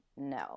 no